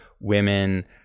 women